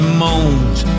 moans